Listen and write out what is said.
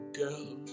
girl